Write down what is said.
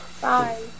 Bye